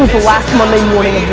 last monday